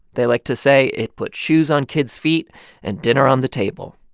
they like to say it put shoes on kids' feet and dinner on the table.